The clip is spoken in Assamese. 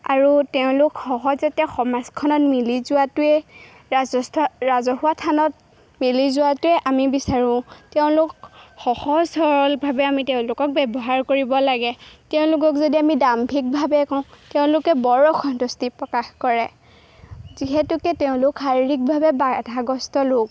আৰু তেওঁলোক সহজতে সমাজখনত মিলি যোৱাটোৱে ৰাজহুৱা থানত মিলি যোৱাটোৱে আমি বিচাৰোঁ তেওঁলোক সহজ সৰলভাৱে আমি তেওঁলোকক ব্যৱহাৰ কৰিব লাগে তেওঁলোকক যদি আমি দাম্ভিকভাৱে কওঁ তেওঁলোকে বৰ অসন্তুষ্টি প্ৰকাশ কৰে যিহেতুকে তেওঁলোক শাৰীৰিকভাৱে বাধাগ্ৰস্ত লোক